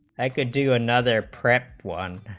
i could do another prep won